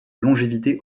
longévité